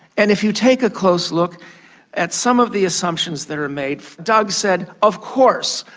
and if you take a close look at some of the assumptions that are made, doug said of course,